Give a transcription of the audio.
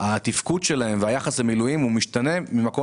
רק שהיחס שלהם למילואים משתנה ממקום